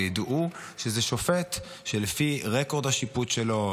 וידעו שזה שופט שלפי רקורד השיפוט שלו,